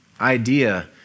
idea